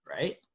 right